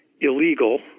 illegal